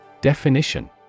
Definition